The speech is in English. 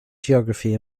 geography